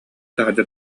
таһырдьа